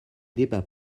débats